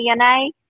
DNA